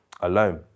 alone